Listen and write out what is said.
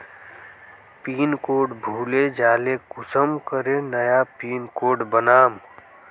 Pin code भूले जाले कुंसम करे नया पिन कोड बनाम?